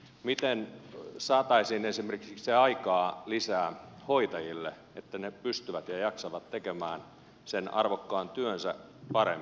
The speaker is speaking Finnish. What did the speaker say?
miten saataisiin esimerkiksi aikaa lisää hoitajille että he pystyvät ja jaksavat tehdä sen arvokkaan työnsä paremmin